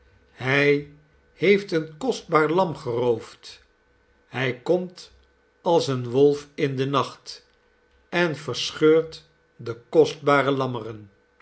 hij heeft een kostbaar lam geroofd hij komt als een wolf in den nacht en verscheurt de kostbare lammeren